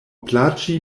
plaĉi